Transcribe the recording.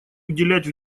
уделять